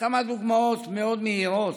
כמה דוגמאות מאוד מהירות